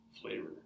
Flavor